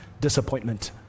disappointment